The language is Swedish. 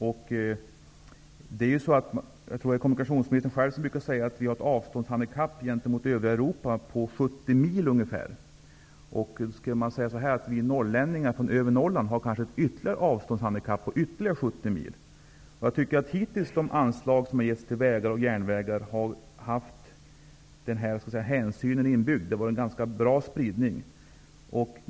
Jag tror att det är kommunikationsministern själv som brukar säga att vi har ett avståndshandikapp gentemot övriga Europa på ca 70 mil. Vi norrlänningar från övre Norrland har kanske ett avståndshandikapp på ytterligare 70 mil. De anslag som hittills har givits till vägar och järnvägar har haft den här hänsynen inbyggd. Det var en ganska bra spridning på dem.